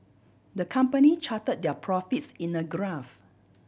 the company chart their profits in a graph